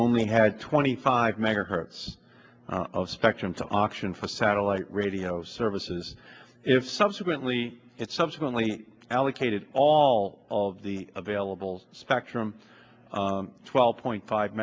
only had twenty five megahertz of spectrum so auction for satellite radio services if subsequently it subsequently allocated all of the available spectrum twelve point five